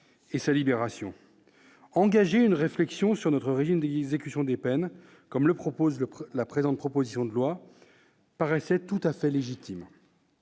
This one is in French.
et sa libération. Engager une réflexion sur notre régime des écussons des peines comme le propose le la présente proposition de loi paraissait tout à fait légitime.